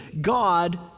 God